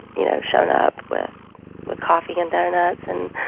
you know, shown up with with coffee and donuts and